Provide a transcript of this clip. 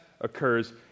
occurs